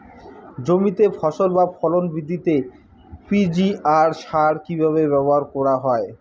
জমিতে ফসল বা ফলন বৃদ্ধিতে পি.জি.আর সার কীভাবে ব্যবহার করা হয়?